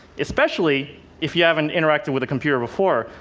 especially if you haven't interacted with a computer before.